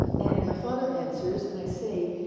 and my father answers, and i say,